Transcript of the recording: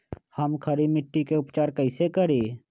हम खड़ी मिट्टी के उपचार कईसे करी?